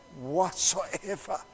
Whatsoever